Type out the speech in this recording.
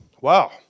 Wow